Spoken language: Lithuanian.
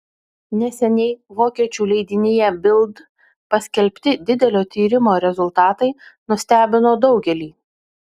neseniai vokiečių leidinyje bild paskelbti didelio tyrimo rezultatai nustebino daugelį